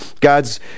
God's